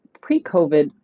pre-COVID